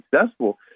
successful